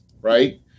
Right